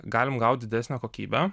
galim gaut didesnę kokybę